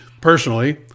Personally